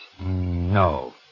No